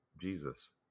Jesus